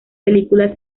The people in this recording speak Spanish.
película